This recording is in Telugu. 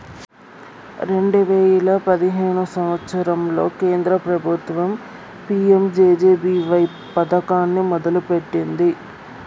రెండే వేయిల పదిహేను సంవత్సరంలో కేంద్ర ప్రభుత్వం పీ.యం.జే.జే.బీ.వై పథకాన్ని మొదలుపెట్టింది